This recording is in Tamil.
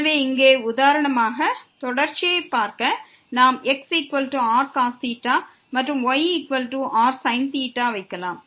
எனவே இங்கே உதாரணமாக தொடர்ச்சியைப் பார்க்க நாம் xrcos மற்றும் yrsin வை வைக்கலாம்